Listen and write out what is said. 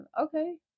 okay